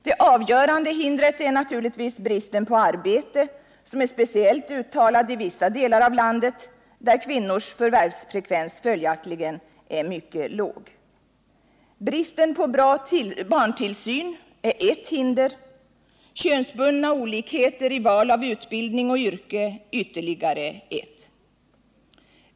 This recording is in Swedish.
Det avgörande hindret är naturligtvis bristen på arbete, som är speciellt uttalad i vissa delar av landet, där kvinnors förvärvsfrekvens följaktligen är mycket låg. Bristen på bra barntillsyn är ett hinder, könsbundna olikheter i val av utbildning och yrke ytterligare ett.